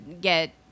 get